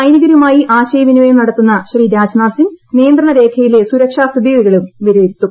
സൈനികരുമായി ആശയവിനിമയം നടത്തുന്ന ശ്രീ രാജ്നാഥ്സിങ് നിയന്ത്രണ രേഖയിലെ സുരക്ഷാ സ്ഥിതിഗതികളും വിലയിരുത്തും